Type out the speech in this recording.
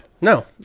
No